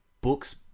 books